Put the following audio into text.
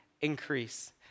increase